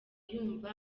yumva